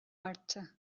arttı